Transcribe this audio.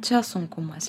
čia sunkumas